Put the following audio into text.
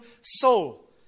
soul